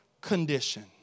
condition